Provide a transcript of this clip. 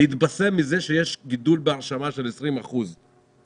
להתבשם מזה שיש גידול בהרשמה ללימודים של 20% השנה,